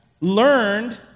learned